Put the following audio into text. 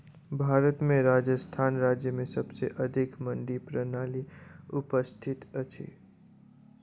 भारत में राजस्थान राज्य में सबसे अधिक मंडी प्रणाली उपस्थित अछि